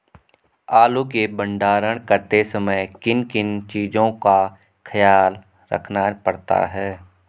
आलू के भंडारण करते समय किन किन चीज़ों का ख्याल रखना पड़ता है?